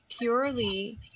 purely